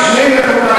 החברתיים?